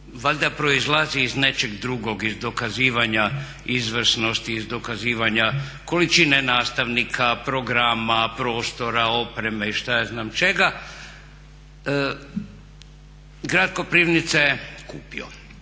valjda proizlazi iz nečeg drugog iz dokazivanja izvrsnosti, iz dokazivanja količine nastavnika, programa, prostora, opreme i šta ja znam čega. Grad Koprivnica je kupio,